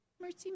Mercy